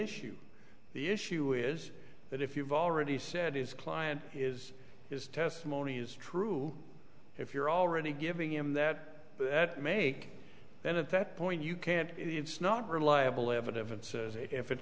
issue the issue is that if you've already said his client is his testimony is true if you're already giving him that make then at that point you can't it's not reliable evidence if it